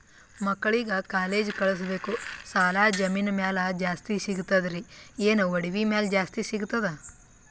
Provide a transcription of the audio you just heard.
ಮಕ್ಕಳಿಗ ಕಾಲೇಜ್ ಕಳಸಬೇಕು, ಸಾಲ ಜಮೀನ ಮ್ಯಾಲ ಜಾಸ್ತಿ ಸಿಗ್ತದ್ರಿ, ಏನ ಒಡವಿ ಮ್ಯಾಲ ಜಾಸ್ತಿ ಸಿಗತದ?